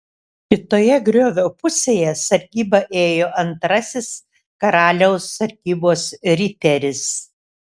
kitoje griovio pusėje sargybą ėjo antrasis karaliaus sargybos riteris